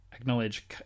acknowledge